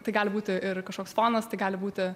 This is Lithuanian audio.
tai gali būti ir kažkoks fonas tai gali būti